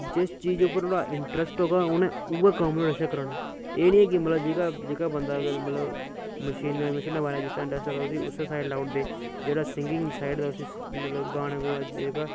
जिस चीज उप्पर ओह्दा इंट्रस्ट होगा उनै ऊऐ कम्म ओह्दै छा कराना जेह्का बंदा मशीना चलांदा होग उस्सी उऐ कम्म लाऊडना जेह्डा सिंगिंग साईड दा होग